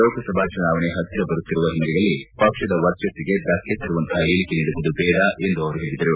ಲೋಕಸಭಾ ಚುನಾವಣೆ ಪತ್ತಿರ ಬರುತ್ತಿರುವ ಹಿನ್ನೆಲೆಯಲ್ಲಿ ಪಕ್ಷದ ವರ್ಚಸ್ಲಿಗೆ ಧಕ್ಷತರುವಂತಹ ಹೇಳಿಕೆ ನೀಡುವುದು ಬೇಡ ಎಂದು ಅವರು ಹೇಳಿದರು